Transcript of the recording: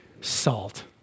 salt